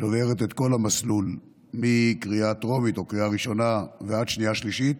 שעוברת את כל המסלול מקריאה טרומית או קריאה ראשונה ועד שנייה-שלישית,